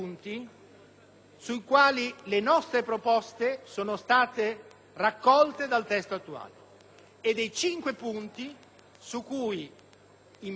sui quali le nostre proposte sono state raccolte dal testo attuale e dei cinque punti su cui le nostre